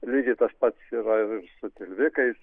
lygiai tas pats yra ir su tilvikais